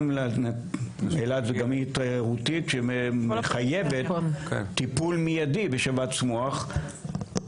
אילת זה גם עיר תיירותית שחייבת טיפול מיידי בשבץ מוח.